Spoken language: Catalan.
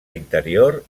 interior